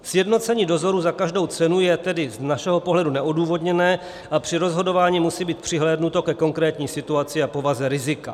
Sjednocení dozorů za každou cenu je tedy z našeho pohledu neodůvodněné a při rozhodování musí být přihlédnuto ke konkrétní situaci a povaze rizika.